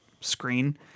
screen